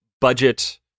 budget